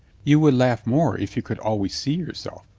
you would laugh more if you could always see yourself,